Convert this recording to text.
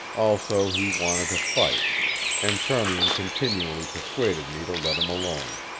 also, he wanted to fight and charmian continually persuaded me to let him alone.